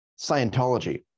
Scientology